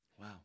Wow